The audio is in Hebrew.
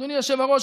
אדוני היושב-ראש,